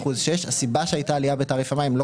1.6%. הסיבה שהייתה עלייה בתעריף המים לא